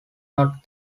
not